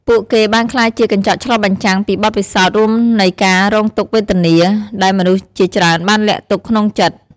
ពួកគេបានក្លាយជា កញ្ចក់ឆ្លុះបញ្ចាំង ពីបទពិសោធន៍រួមនៃការរងទុក្ខវេទនា ដែលមនុស្សជាច្រើនបានលាក់ទុកក្នុងចិត្ត។